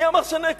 מי אמר שנעקרו?